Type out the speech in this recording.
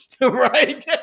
right